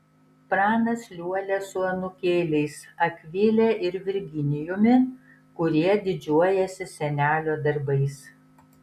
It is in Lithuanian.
pranas liuolia su anūkėliais akvile ir virginijumi kurie didžiuojasi senelio darbais